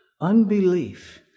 Unbelief